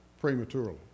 prematurely